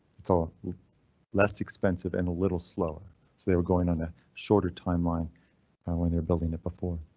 so less expensive and a little slower, so they were going on the shorter timeline when they're building it before